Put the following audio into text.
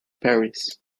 paris